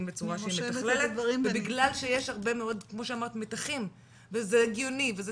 בצורה שהיא מתכללת ובגלל שיש הרבה מאוד כמו שאמרת מתחים וזה הגיוני וזה